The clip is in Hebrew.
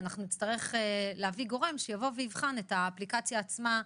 אנחנו נצטרך להביא גורם שיבוא ויבחן את האפליקציה עצמה.